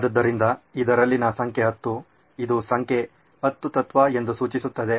ಆದ್ದರಿಂದ ಇದರಲ್ಲಿನ ಸಂಖ್ಯೆ 10 ಇದು ಸಂಖ್ಯೆ 10 ತತ್ವ ಎಂದು ಸೂಚಿಸುತ್ತದೆ